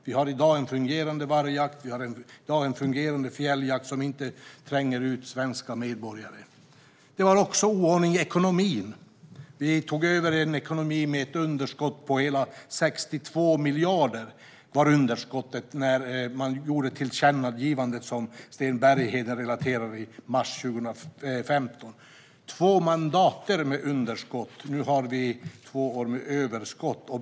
Vi har i dag en fungerande vargjakt och en fungerande fjälljakt, som inte tränger ut svenska medborgare. Det rådde också oordning i ekonomin. Vi tog över en ekonomi med ett underskott på hela 62 miljarder - så stort var underskottet i mars 2015, när man lämnade tillkännagivandet som Sten Bergheden relaterar till. Två mandatperioder med underskott har vi vänt till två år med överskott.